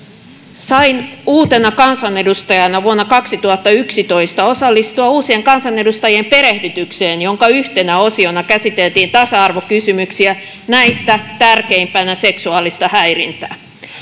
sain uutena kansanedustajana vuonna kaksituhattayksitoista osallistua uusien kansanedustajien perehdytykseen jonka yhtenä osiona käsiteltiin tasa arvokysymyksiä näistä tärkeimpänä seksuaalista häirintää